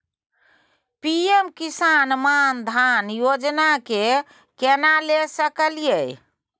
PM किसान मान धान योजना के केना ले सकलिए?